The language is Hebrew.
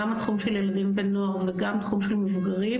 גם התחום של ילדים ונוער וגם תחום של מבוגרים,